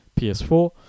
ps4